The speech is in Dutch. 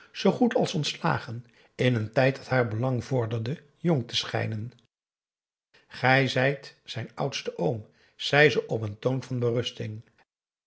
zoo goed als ontslagen in een tijd dat haar belang vorderde jong te schijnen gij zijt zijn oudste oom zei ze op een toon van berusting